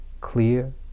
clear